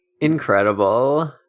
Incredible